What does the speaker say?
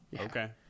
Okay